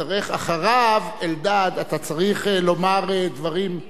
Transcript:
אחריו, חבר הכנסת אלדד, אתה צריך לומר דברים.